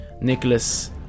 Nicholas